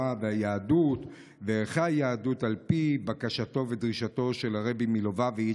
והיהדות וערכי היהדות על פי בקשתו ודרישתו של הרבי מלובביץ'